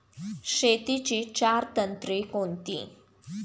शेतीची चार तंत्रे कोणती?